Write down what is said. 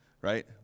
right